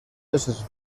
éssers